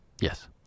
yes